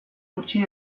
utzi